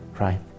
right